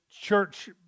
church